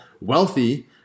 wealthy